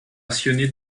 passionné